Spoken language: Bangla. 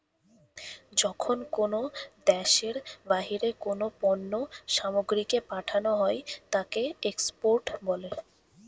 যখন কোনো দ্যাশের বাহিরে কোনো পণ্য সামগ্রীকে পাঠানো হই তাকে এক্সপোর্ট বলে